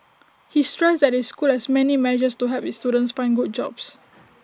he stressed that his school has many measures to help its students find good jobs